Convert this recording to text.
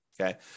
okay